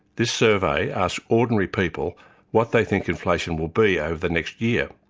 this survey asked ordinary people what they think inflation will be over the next year.